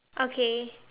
okay